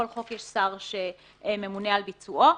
שר שממונה על ביצועו.